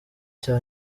cya